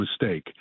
mistake